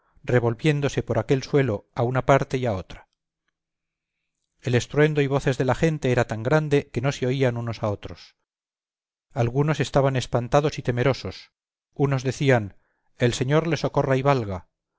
revolviéndose por aquel suelo a una parte y a otra el estruendo y voces de la gente era tan grande que no se oían unos a otros algunos estaban espantados y temerosos unos decían el señor le socorra y valga